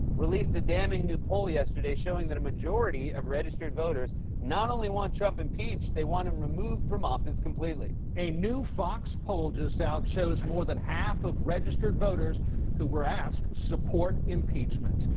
released a damning new poll yesterday showing that a majority of registered voters not only want trump impeached, they want him removed from office completely. a new fox poll just out shows more than half of registered voters who were asked support impeachment.